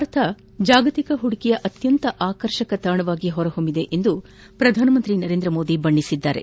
ಭಾರತ ಜಾಗತಿಕ ಹೂಡಿಕೆಯ ಅತ್ಯಂತ ಆಕರ್ಷಕ ತಾಣವಾಗಿ ಹೊರಹೊಮ್ಮಿದೆ ಎಂದು ಶ್ರಧಾನಮಂತ್ರಿ ನರೇಂದ್ರಮೋದಿ ಹೇಳಿದ್ದಾರೆ